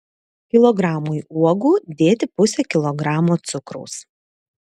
kilogramui uogų dėti pusę kilogramo cukraus